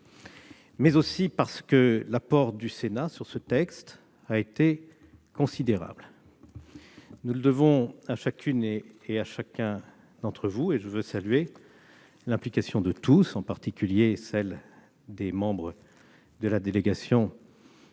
mais aussi parce que l'apport du Sénat à ce texte a été considérable. Nous le devons à chacune et à chacun d'entre vous : je veux saluer l'implication de tous, en particulier celle des membres de la délégation